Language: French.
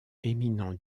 éminent